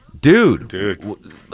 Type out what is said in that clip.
dude